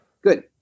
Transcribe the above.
Good